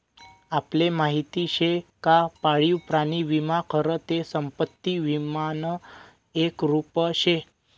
आपले माहिती शे का पाळीव प्राणी विमा खरं ते संपत्ती विमानं एक रुप शे